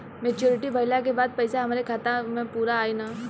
Maturity भईला के बाद पईसा हमरे खाता म पूरा आई न?